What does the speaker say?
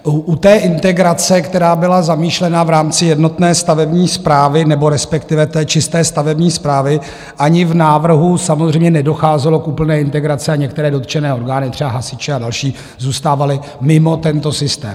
U té integrace, která byla zamýšlena v rámci jednotné stavební správy, respektive čisté stavební správy, ani v návrhu samozřejmě nedocházelo k úplné integraci a některé dotčené orgány, třeba hasiči a další, zůstávaly mimo tento systém.